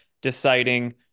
deciding